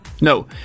No